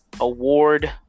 Award